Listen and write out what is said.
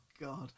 God